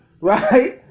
right